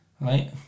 Right